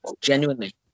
genuinely